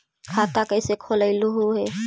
खाता कैसे खोलैलहू हे?